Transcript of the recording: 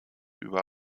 über